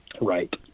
right